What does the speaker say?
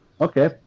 okay